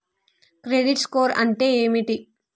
Credit score అంటే ఏమిటి?